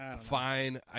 Fine